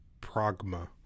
pragma